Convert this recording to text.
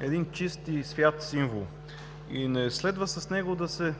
е един чист и свят символ и не следва с него да се